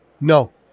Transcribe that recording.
No